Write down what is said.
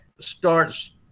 starts